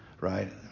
right